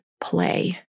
play